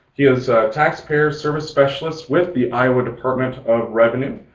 he is a taxpayer service specialist with the iowa department of revenue.